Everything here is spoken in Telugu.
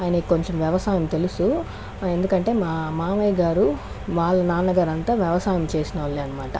ఆయనకు కొంచెం వ్యవసాయం తెలుసు ఎందుకంటే మా మావయ్య గారు వాళ్ళ నాన్నగారంతా వ్యవసాయం చేసినోళ్లే అనమాట